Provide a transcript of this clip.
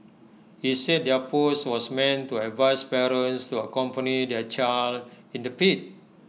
he said their post was meant to advise parents to accompany their child in the pit